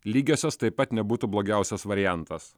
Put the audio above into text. lygiosios taip pat nebūtų blogiausias variantas